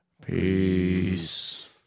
Peace